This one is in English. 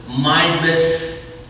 mindless